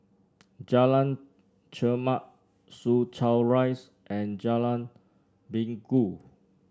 Jalan Chermat Soo Chow Rise and Jalan Minggu